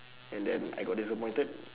and then I got disappointed